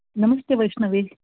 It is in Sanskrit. नमस्ते वैष्णवी